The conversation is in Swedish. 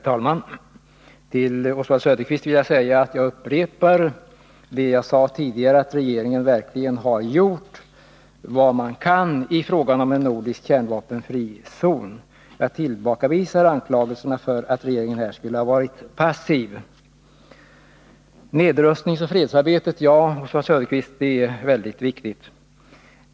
Herr talman! Jag upprepar det som jag sade tidigare, Oswald Söderqvist, nämligen att regeringen verkligen har gjort vad den kunnat i fråga om en nordisk kärnvapenfri zon. Jag tillbakavisar anklagelserna om att regeringen här skulle ha varit passiv. Nedrustningsoch fredsarbetet är väldigt viktigt, Oswald Söderqvist.